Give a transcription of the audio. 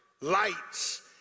lights